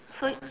so